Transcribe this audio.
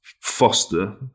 Foster